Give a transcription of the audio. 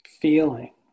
feeling